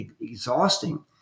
exhausting